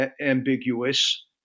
ambiguous